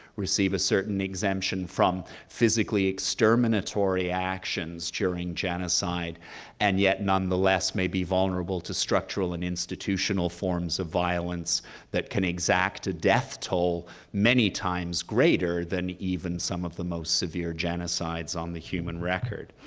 receive a certain exemption from physically exterminatory actions during genocide and yet nonetheless may be vulnerable to structural and institutional forms of violence that can exact a death tolls many times greater than even some of the most severe genocides on the human record.